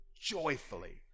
joyfully